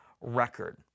record